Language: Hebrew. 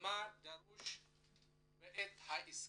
מה דרוש בעת העסקה.